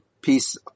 piece